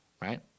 right